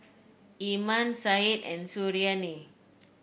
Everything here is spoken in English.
Iman Said and Suriani